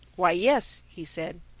why, yes, he said,